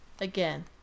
Again